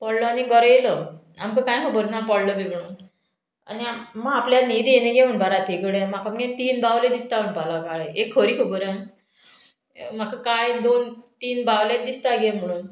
पडलो आनी घर येयलो आमकां कांय खबर ना पडलो बी म्हणून आनी आपल्याक न्हीद येना गे म्हणपा लागलो राती कडेन म्हाका मगे तीन बावल्यो दिसता म्हणपा लागलो काळ्यो एक खरी खबर आं म्हाका काळी दोन तीन बावल्यो दिसताच गे म्हणून